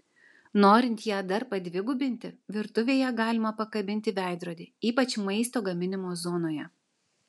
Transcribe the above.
norint ją dar padvigubinti virtuvėje galima pakabinti veidrodį ypač maisto gaminimo zonoje